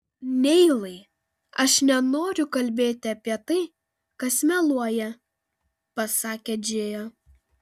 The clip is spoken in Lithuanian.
neilai aš nenoriu kalbėti apie tai kas meluoja pasakė džėja